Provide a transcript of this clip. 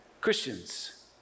Christians